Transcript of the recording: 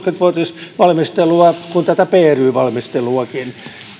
vuotisvalmistelua kuin pry valmisteluakin